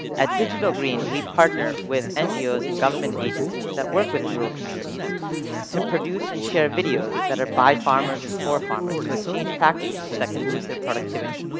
at digital green, we partner with ngos and government agencies that work with rural communities to produce and share videos that are by farmers and for farmers to exchange practices that can boost their productivity.